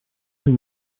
rue